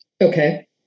Okay